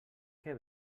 que